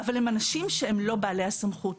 אבל לא בעלי הסמכות.